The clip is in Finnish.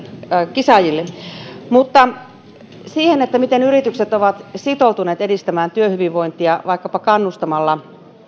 kisaajille se miten yritykset ovat sitoutuneet edistämään työhyvinvointia vaikkapa kannustamalla